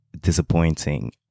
disappointing